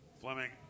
Fleming